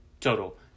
total